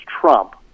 Trump